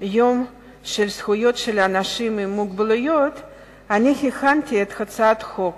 יום זכויות אנשים עם מוגבלויות הכנתי את הצעת חוק